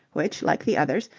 which, like the others,